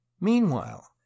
Meanwhile